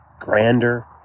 grander